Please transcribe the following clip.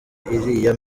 iriya